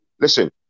Listen